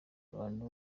abantu